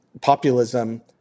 populism